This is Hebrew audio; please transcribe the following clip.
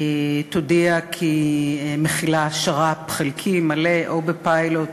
תודיע כי היא מחילה שר"פ חלקי, מלא, או בפיילוט